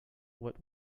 what